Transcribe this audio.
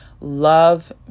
love